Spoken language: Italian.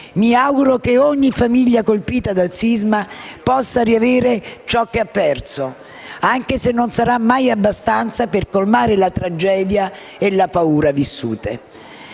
Mi auguro che ogni famiglia colpita dal sisma possa riavere ciò che ha perso, anche se non sarà mai abbastanza per colmare la tragedia e la paura vissuta.